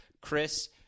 Chris